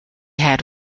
had